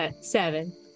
Seven